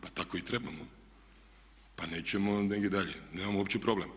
Pa tako i trebamo, pa nećemo negdje dalje, nemamo uopće problem.